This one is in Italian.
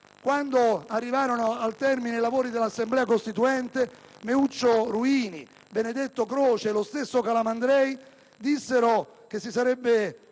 Quando arrivarono al termine i lavori dell'Assemblea costituente, Meuccio Ruini, Benedetto Croce e lo stesso Calamandrei dissero che si sarebbe